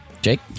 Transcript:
Jake